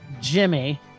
Jimmy